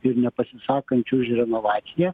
ir nepasisakančių už renovaciją